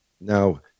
Now